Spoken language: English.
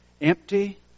empty